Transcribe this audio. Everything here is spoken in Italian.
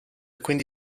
quindi